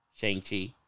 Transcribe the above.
Shang-Chi